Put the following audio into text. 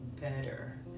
better